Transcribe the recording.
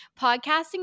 podcasting